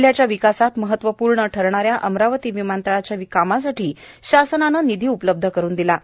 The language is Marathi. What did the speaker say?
जिल्ह्याच्या विकासात महत्वपूर्ण ठरणाऱ्या अमरावती विमानतळाच्या कामासाठी शासनाने निधी उपलब्ध करून दिला आहे